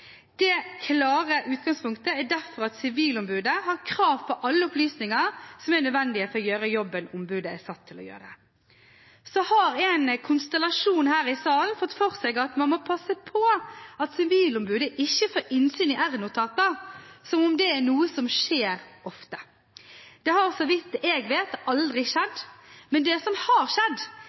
Det klare utgangspunktet er derfor at Sivilombudet har krav på alle opplysninger som er nødvendige for å gjøre jobben ombudet er satt til å gjøre. Så har en konstellasjon her i salen fått for seg at man må passe på at Sivilombudet ikke får innsyn i r-notater, som om det er noe som skjer ofte. Det har, så vidt jeg vet, aldri skjedd. Men det som har skjedd